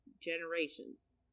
generations